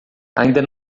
ainda